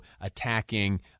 attacking